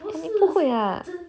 不会 lah